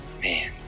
Man